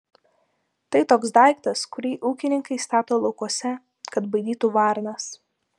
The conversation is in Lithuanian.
tai toks daiktas kurį ūkininkai stato laukuose kad baidytų varnas